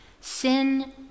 Sin